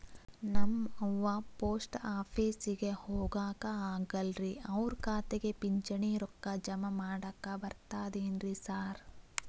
ನಮ್ ಅವ್ವ ಪೋಸ್ಟ್ ಆಫೇಸಿಗೆ ಹೋಗಾಕ ಆಗಲ್ರಿ ಅವ್ರ್ ಖಾತೆಗೆ ಪಿಂಚಣಿ ರೊಕ್ಕ ಜಮಾ ಮಾಡಾಕ ಬರ್ತಾದೇನ್ರಿ ಸಾರ್?